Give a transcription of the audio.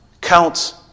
Counts